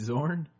Zorn